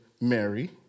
Mary